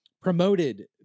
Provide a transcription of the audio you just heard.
promoted